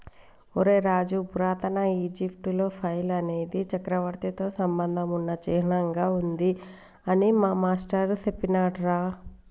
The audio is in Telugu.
ఒరై రాజు పురాతన ఈజిప్టులో ఫైల్ అనేది చక్రవర్తితో సంబంధం ఉన్న చిహ్నంగా ఉంది అని మా మాష్టారు సెప్పినాడురా